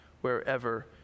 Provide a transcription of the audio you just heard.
wherever